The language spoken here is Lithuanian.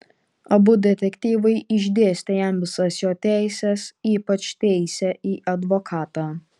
abu detektyvai išdėstė jam visas jo teises ypač teisę į advokatą